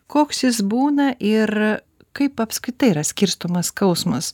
koks jis būna ir kaip apskritai yra skirstomas skausmas